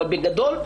אבל בגדול,